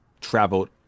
traveled